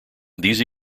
these